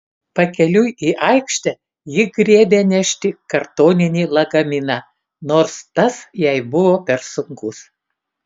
pakeliui į aikštę ji griebė nešti kartoninį lagaminą nors tas jai buvo per sunkus